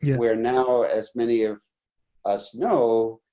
where now as many of us know,